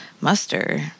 muster